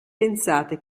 pensate